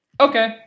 okay